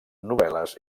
novel·les